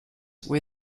were